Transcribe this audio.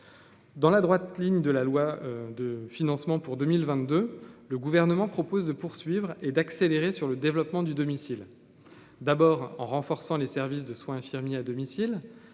dans la droite ligne de la loi de financement pour 2022, le gouvernement propose de poursuivre et d'accélérer sur le développement du domicile d'abord en renforçant les services de soins infirmiers à domicile